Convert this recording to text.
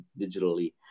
digitally